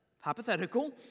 hypothetical